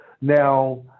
Now